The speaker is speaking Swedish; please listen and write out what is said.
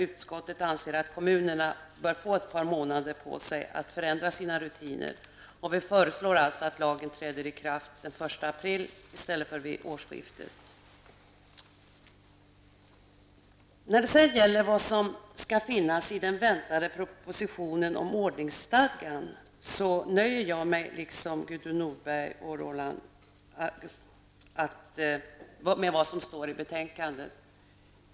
Utskottet anser att kommunerna bör få ett par månader på sig att förändra sina rutiner, och vi föreslår att lagen skall träda i kraft den 1 april i stället för vid årskiftet. När det sedan gäller vad som skall finnas i den väntade propositionen om ordningsstadgan nöjer jag mig, liksom Gudrun Norberg och Roland Larsson, med att hänvisa till vad som står i betänkandet.